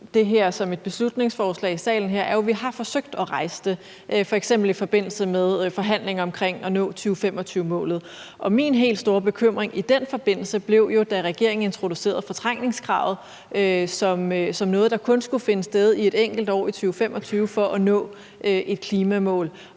det her som et beslutningsforslag i salen her, er jo, at vi har forsøgt at rejse det, f.eks. i forbindelse med forhandlinger omkring at nå 2025-målet, og min helt store bekymring i den forbindelse var jo, da regeringen introducerede fortrængningskravet som noget, der kun skulle finde sted i et enkelt år i 2025 for at nå et klimamål.